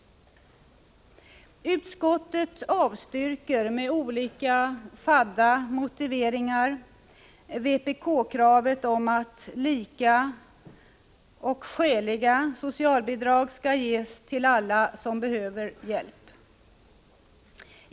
Utskottet avstyrker med olika, fadda motiveringar vpk-kravet att lika och skäliga socialbidrag skall ges till alla som behöver hjälp.